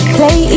Play